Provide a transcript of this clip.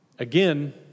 Again